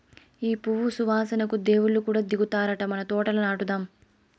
ఈ పువ్వు సువాసనకు దేవుళ్ళు కూడా దిగొత్తారట మన తోటల నాటుదాం